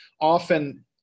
often